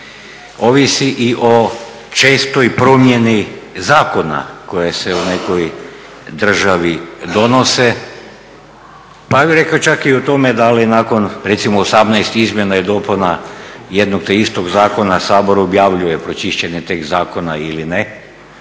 ovisi i o čestoj promjeni zakona koji se u nekoj državi donose, pa ja bih rekao čak i o tome da li nakon recimo osamnaest izmjena i dopuna jednog te istog zakona Sabor objavljuje pročišćene tekstove zakona ili ne,